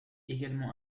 également